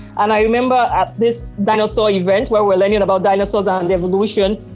and i remember at this dinosaur event where we're learning about dinosaurs and evolution,